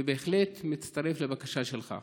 ובהחלט מצטרף לבקשה שלך.